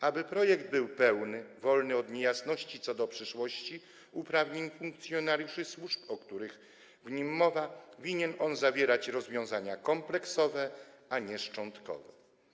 Aby projekt był pełny, wolny od niejasności co do przyszłości uprawnień funkcjonariuszy służb, o których w nim mowa, winien zawierać rozwiązania kompleksowe, a nie szczątkowe.